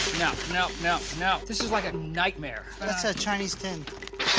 no, no, no, no. this is like a nightmare. and it's a chinese tin.